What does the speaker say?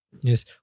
Yes